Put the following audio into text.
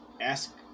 ask